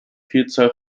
vielzahl